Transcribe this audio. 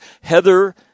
Heather